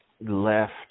left